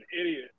idiot